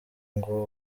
ngo